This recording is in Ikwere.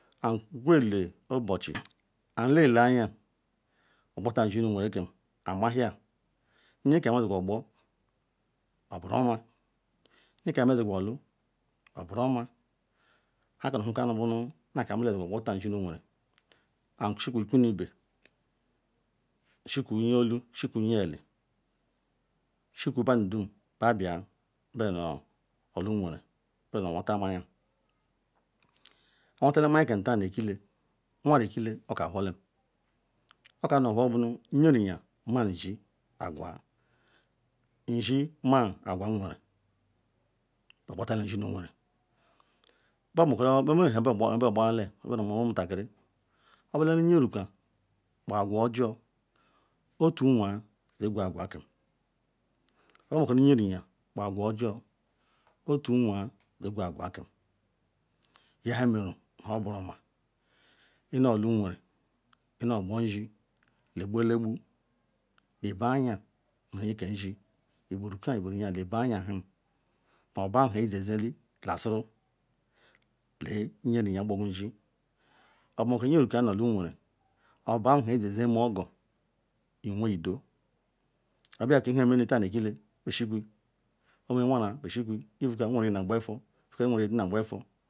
akuwele Obuchi anele anya oqbotazi nzi nu nwerenken amahia nyekam me jiqu ogbo oburuoma nyeka me jiqu olu oburuoma nha ka nu ohu anu kobo azigu ogbota nzi nu nweren asuku iku nu ibe suku nye olu suku nye eli suju badu dum be bia nu be nu olu nweren nu wota mayia. Bewota mayiakam ta nu ekile won nu ekile, oka hulem, okar nu whor be nyeriya ma nzi aqwaa nzi ma aqwa nweren be ogbotala nzi nu nweren, beme nuha gbayela nu ha be moru omutakiri obula nu nye ruka kpa aqwa ojor otu nwoa jigwe aqwaken oburimako nu nyeriya kpa aqwa njor yeqwa agwaken yahameru nu huoburuoma inodu nweren inoogbo nzi leqbu-eleqbu leva-anya leqbu anya nu nha ke nzi ibu ruka ibu riya leqbu anya ham maobu ogba ke iyesile dasuru lee ilu nyeriya gboyu nzi. Obumako nye ruka nu otu nweren ogba he hen iyezime ogor iwenudo obiake nhe meta nu ekile mesuku ome wana be suku izika nweren na agbafu isu kiyari nweren diaogbafu.